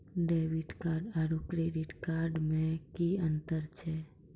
Debit card आरू credit card मे कि अन्तर छैक?